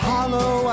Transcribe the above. Hollow